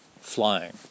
flying